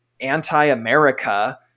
anti-America